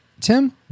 Tim